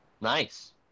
Nice